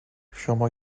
شما